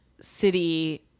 city